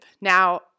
Now